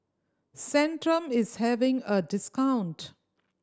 Centrum is having a discount